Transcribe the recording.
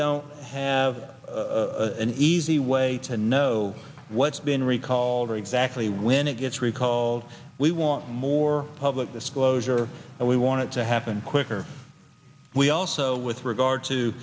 don't have an easy way to know what's been recalled or exactly when it gets recalled we want more public disclosure and we want it to happen quicker we also with regard to